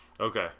Okay